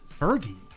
Fergie